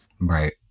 Right